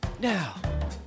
Now